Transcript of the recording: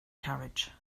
carriage